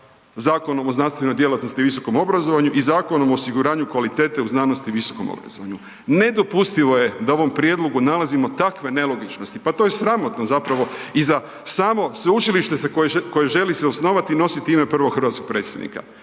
Zakonom o znanstvenoj djelatnosti i visokom obrazovanju i Zakonom o osiguranju kvalitete u znanosti i visokom obrazovanju. Nedopustivo je da u ovom prijedlogu nalazimo takve nelogičnosti, pa to je sramotno zapravo i za samo sveučilište koje želi se osnovati i nositi ime prvog hrvatskog predsjednika.